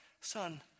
Son